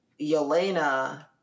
Yelena